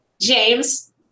James